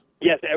Yes